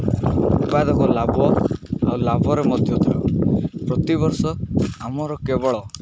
ଉତ୍ପାଦକ ଲାଭ ଆଉ ଲାଭରେ ମଧ୍ୟ ଥାଉ ପ୍ରତିବର୍ଷ ଆମର କେବଳ